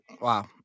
Wow